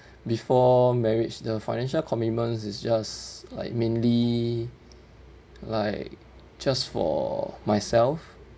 before marriage the financial commitments is just like mainly like just for myself